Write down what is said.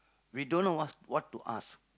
we don't know what what to ask